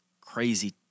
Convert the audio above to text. crazy